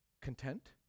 content